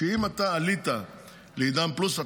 שאם אתה עלית לעידן פלוס,